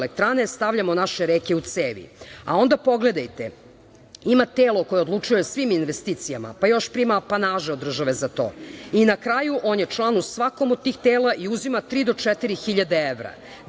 hidroelektrane, stavljamo naše reke u cevi, a onda pogledajte ima telo koje odlučuje o svim investicijama, pa još prima apanaže od države za to i na kraju on član u svakom od tih tela i uzima tri